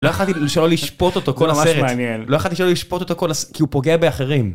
לא יכלתי שלא לשפוט אותו כל הסרט, לא יכלתי שלא לשפוט אותו כל הס.. כי הוא פוגע באחרים. -זה ממש מעניין